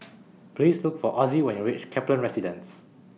Please Look For Ozzie when YOU REACH Kaplan Residence